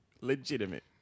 legitimate